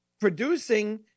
producing